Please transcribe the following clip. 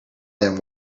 than